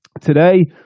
Today